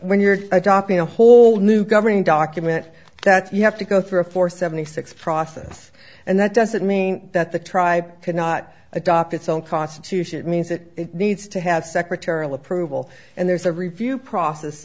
when you're adopting a whole new governing document that you have to go through a four seventy six process and that doesn't mean that the tribe cannot adopt its own constitution means that it needs to have secretarial approval and there's a review process